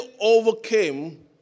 overcame